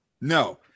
No